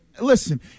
Listen